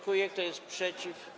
Kto jest przeciw?